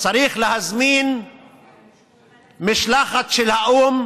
שצריך להזמין משלחת של האו"ם,